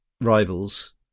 rivals